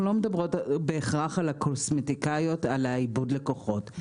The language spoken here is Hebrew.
אנחנו לא מדברות בהכרח על קוסמטיקאיות ועל איבוד לקוחות.